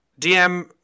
DM